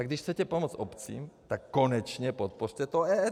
Tak když chcete pomoct obcím, tak konečně podpořte to EET!